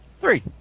Three